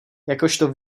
jakožto